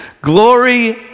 Glory